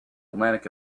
atlantic